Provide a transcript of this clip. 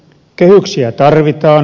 kehyksiä tarvitaan